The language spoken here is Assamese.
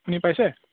শুনি পাইছে